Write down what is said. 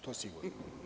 To je sigurno.